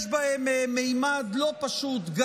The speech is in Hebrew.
יש בהם גם ממד לא פשוט,